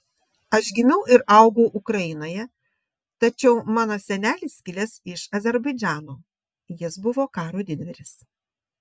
aš gimiau ir augau ukrainoje tačiau mano senelis kilęs iš azerbaidžano jis buvo karo didvyris